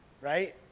Right